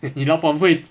你老板会